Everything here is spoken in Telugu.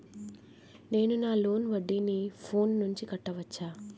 నేను నా లోన్ వడ్డీని ఫోన్ నుంచి కట్టవచ్చా?